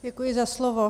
Děkuji za slovo.